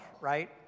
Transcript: right